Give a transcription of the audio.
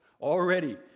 already